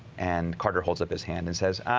and carter holds up his hand and says